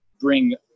bring